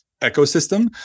ecosystem